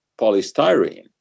polystyrene